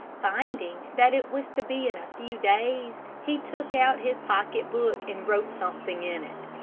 finding that it was to be in a few days, he took out his pocket-book and wrote something in it.